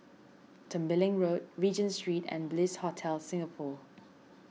Tembeling Road Regent Street and Bliss Hotel Singapore